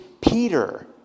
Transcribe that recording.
Peter